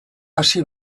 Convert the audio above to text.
hasi